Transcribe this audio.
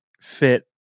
fit